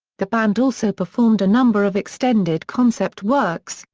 the band also performed a number of extended concept works,